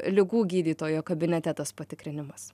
ligų gydytojo kabinete tas patikrinimas